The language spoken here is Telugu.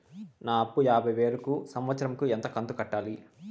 నా అప్పు యాభై వేలు కు సంవత్సరం కు ఎంత కంతు కట్టాలి?